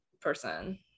person